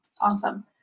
awesome